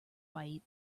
bite